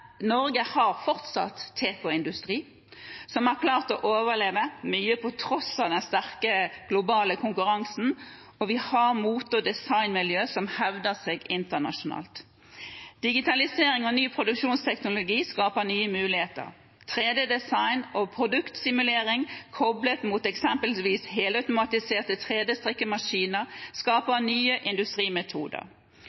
Norge har fortsatt tekoindustri som har klart å overleve – på tross av den sterke globale konkurransen – og vi har mote- og designmiljøer som hevder seg internasjonalt. Digitalisering og ny produksjonsteknologi skaper nye muligheter. 3D-design og produktsimulering koblet mot eksempelvis helautomatiserte